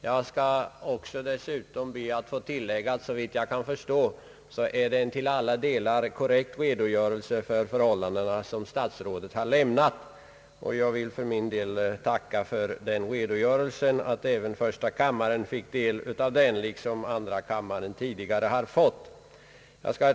Jag vill tillägga att såvitt jag kan förstå är det en till alla delar korrekt redogörelse för förhållandena som statsrådet har lämnat. Jag vill tacka för att även första kammaren fått del av den redogörelsen, liksom tidigare andra kammaren.